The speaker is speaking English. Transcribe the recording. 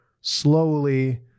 slowly